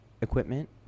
equipment